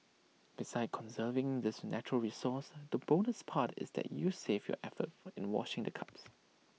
besides conserving this natural resource the bonus part is that you save your effort in washing the cups